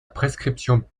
prescription